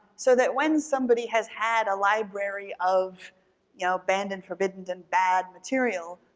so that when somebody has had a library of yeah abandoned, forbidden and bad material,